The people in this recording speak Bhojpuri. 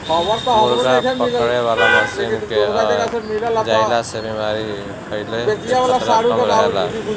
मुर्गा पकड़े वाला मशीन के आ जईला से बेमारी फईले कअ खतरा कम रहेला